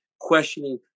questioning